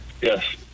Yes